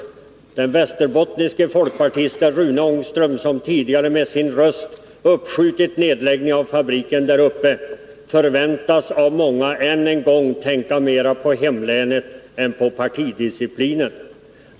Den västerbottniske folkpartisten Rune Ångström som tidigare med sin röst uppskjutit nedläggningen av fabriken där uppe, förväntades av många än en gång tänka mera på hemlänet än på partidisciplinen.